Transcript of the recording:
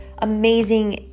amazing